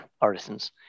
Artisans